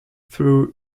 through